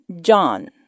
John